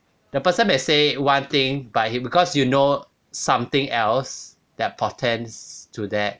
the person may say one thing but he because you know something else that portents to that